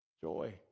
Joy